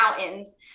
mountains